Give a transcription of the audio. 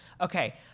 okay